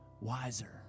wiser